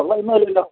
കൊള്ള ഒന്നും ഇല്ലല്ലോ